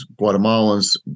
Guatemalans